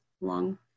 long